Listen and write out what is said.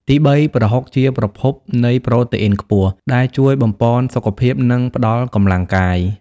ទីបី ប្រហុកជាប្រភពនៃ ប្រូតេអ៊ីនខ្ពស់ ដែលជួយបំប៉នសុខភាព និងផ្តល់កម្លាំងកាយ។